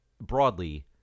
broadly